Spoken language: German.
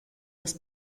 das